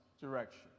direction